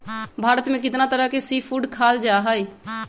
भारत में कितना तरह के सी फूड खाल जा हई